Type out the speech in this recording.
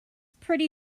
pretty